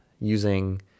using